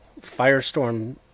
Firestorm